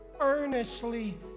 earnestly